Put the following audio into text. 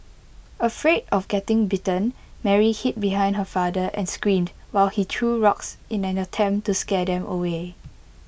afraid of getting bitten Mary hid behind her father and screamed while he threw rocks in an attempt to scare them away